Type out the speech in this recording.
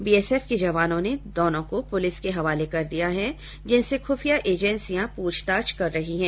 BSF के जवानों ने दोनों को पुलिस के हवाले कर दिया है जिनसे खुफिया एजेंसियां प्रछताछ कर रही हैं